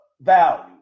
value